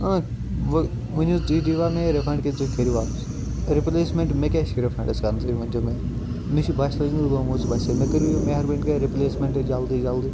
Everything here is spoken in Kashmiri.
اۭ ؤنو حظ تُہۍ دِی وَ مےٚ یہِ رِفَنٛڈ کِنہٕ تُہۍ کٔرِو واپَس یہِ رِپلیسمیٚنٹ مےٚ کیاہ چھُ رِفَنٛڈَس کَرُن تُہۍ ؤنِو مےٚ مےٚ چھِ بوٚچھِ لیٚجمٕژ بہٕ موٗدُس بوٚچھِ سۭتۍ مےٚ کٔرِو یہِ مہربٲنی کٔرِتھ رِپلیسمیٚنٹ جَلدی جَلدی